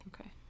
Okay